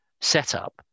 setup